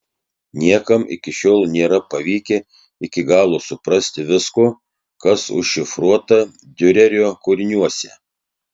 niekam iki šiol nėra pavykę iki galo suprasti visko kas užšifruota diurerio kūriniuose